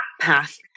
path